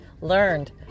learned